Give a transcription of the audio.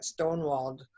stonewalled